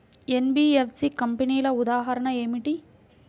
NBFC కంపెనీల ఉదాహరణ ఏమిటి?